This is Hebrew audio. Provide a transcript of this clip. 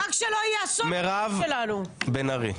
רק שלא יהיה אסון --- מירב בן ארי.